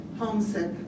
Homesick